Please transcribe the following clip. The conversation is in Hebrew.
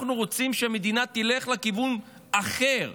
אנחנו רוצים שהמדינה תלך לכיוון אחר,